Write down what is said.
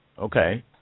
okay